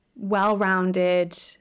well-rounded